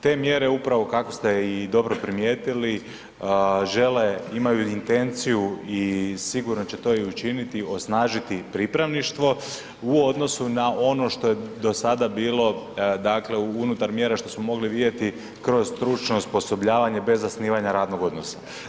Te mjere upravo kako ste i dobro primijetili, žele, imaju intenciju i sigurno će to i učiniti, osnažiti pripravništvo, u odnosu na ono što je do sada bilo, dakle u unutar mjera što smo mogli vidjeti kroz stručno osposobljavanje bez zasnivanja radnog odnosa.